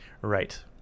Right